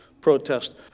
protest